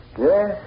Yes